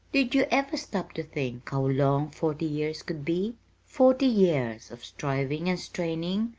did you ever stop to think how long forty years could be forty years of striving and straining,